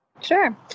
Sure